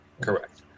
Correct